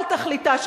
כל תכליתה,